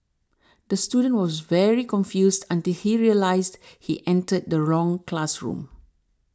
the student was very confused until he realised he entered the wrong classroom